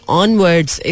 onwards